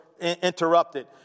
interrupted